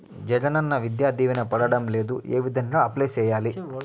జగనన్న విద్యా దీవెన పడడం లేదు ఏ విధంగా అప్లై సేయాలి